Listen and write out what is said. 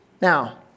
Now